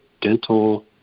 dental